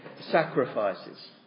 sacrifices